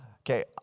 Okay